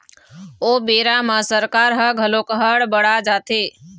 ओ बेरा म सरकार ह घलोक हड़ बड़ा जाथे